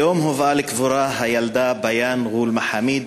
היום הובאה לקבורה הילדה ביאן גול מחאמיד,